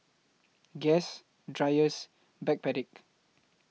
Guess Dreyers Backpedic